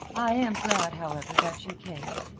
i am glad, however, that you came.